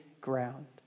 ground